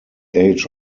age